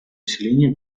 усиления